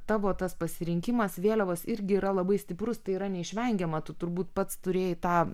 tavo tas pasirinkimas vėliavos irgi yra labai stiprus tai yra neišvengiama tu turbūt pats turėjai tą